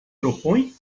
propõe